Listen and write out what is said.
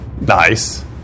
nice